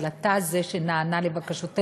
אבל אתה זה שנענה לבקשותינו,